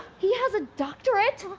he has a doctorate!